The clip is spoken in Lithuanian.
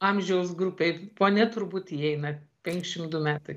amžiaus grupėj ponia turbūt įeina penkšim du metai